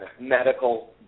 medical